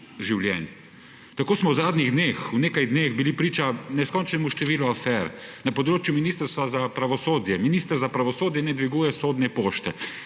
Tako smo v zadnjih nekaj dneh bili priča neskončnemu številu afer. Na področju Ministrstva za pravosodje minister za pravosodje ne dviguje sodne pošte.